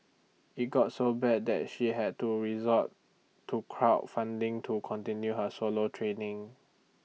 IT got so bad that she had to resort to crowd funding to continue her solo training